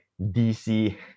DC